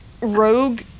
rogue